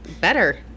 better